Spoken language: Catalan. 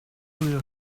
podia